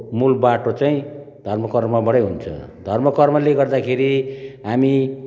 मुल बाटो चाहिँ धर्म कर्मबाटै हुन्छ धर्म कर्मले गर्दाखेरि हामी